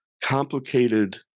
complicated